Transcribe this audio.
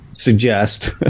Suggest